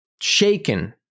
shaken